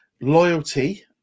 loyalty